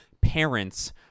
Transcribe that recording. parents –